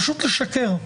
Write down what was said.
פשוט לשקר,